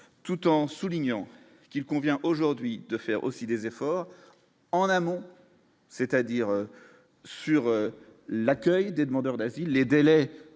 tout en soulignant qu'il convient aujourd'hui de faire aussi des efforts en amont, c'est-à-dire sur l'accueil des demandeurs d'asile, les délais